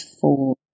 four